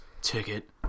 Ticket